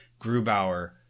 Grubauer